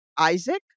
isaac